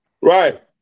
Right